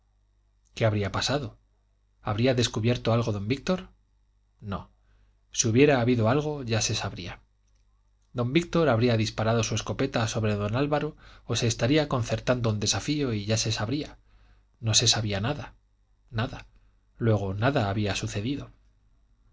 qué habría pasado habría descubierto algo don víctor no si hubiera habido algo ya se sabría don víctor habría disparado su escopeta sobre don álvaro o se estaría concertando un desafío y ya se sabría no se sabía nada nada luego nada había sucedido